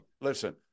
listen